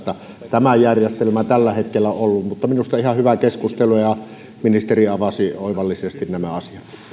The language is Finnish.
tämä järjestelmä on tällä hetkellä ollut mutta minusta ihan hyvää keskustelua ja ministeri avasi oivallisesti